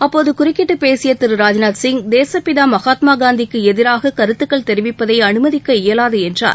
அப்போதுகுறுக்கிட்டுபேசியதிரு Rajnath Singh தேசப்பிதாமகாத்மாகாந்திக்குஎதிராககருத்துக்கள் தெரிவிப்பதைஅமைதிக்க இயலாதுஎன்றார்